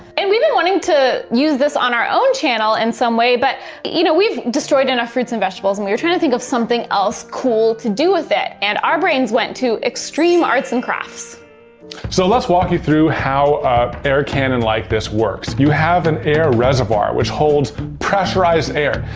and we've been wanting to use this on our own channel in some way, but you know we've destroyed enough fruits and vegetables, and we were trying to think of something else cool to do with it. and our brains went to extreme arts and crafts so let's walk you through how air cannon like this works. you have an air reservoir which holds pressurized air,